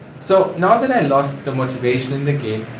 so now that i lost the motivation in the game,